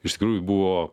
iš tikrųjų buvo